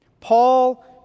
paul